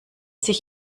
sich